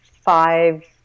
five